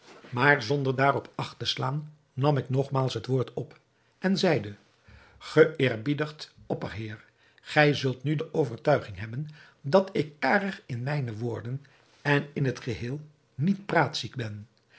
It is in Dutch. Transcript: maar zonder daarop acht te slaan nam ik nogmaals het woord op en zeide geëerbiedigd opperheer gij zult nu de overtuiging hebben dat ik karig in mijne woorden en in t geheel niet praatziek ben